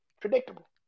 predictable